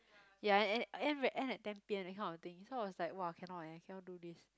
ya and then end at end at ten P_M that kind of thing so I was like !wah! cannot eh I cannot do this